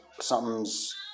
something's